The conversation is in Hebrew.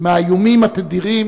מהאיומים התדירים